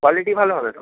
quality ভালো হবে তো